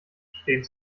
stehen